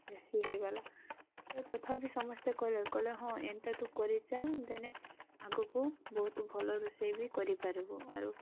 ବେଶୀ ହେଇଗଲା ଏ ତଥାପି ସମସ୍ତେ କହିଲେ କହିଲେ ହଁ ଏନ୍ତା ତୁ କରିଚାଲ୍ ଦେନେ ଆଗକୁ ବହୁତ ଭଲ ରୋଷେଇ ବି କରିପାରିବୁ ଆରୁ